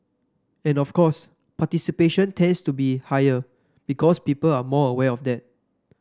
and of course participation tends to be higher because people are more aware of that